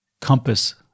compass